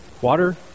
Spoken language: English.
water